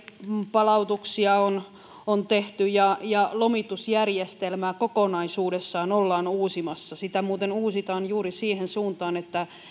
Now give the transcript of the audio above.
palautuksia on on tehty lomitusjärjestelmää kokonaisuudessaan ollaan uusimassa sitä muuten uusitaan juuri siihen suuntaan että